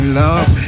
love